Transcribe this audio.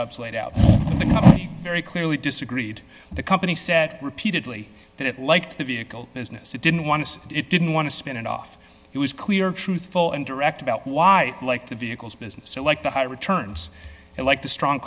dobbs laid out very clearly disagreed the company said repeatedly that it like the vehicle business it didn't want to see it didn't want to spin it off it was clear truthful and direct about why i like the vehicles business i like the high returns and like the strong